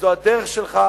שזאת הדרך שלך,